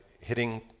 hitting